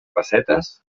pessetes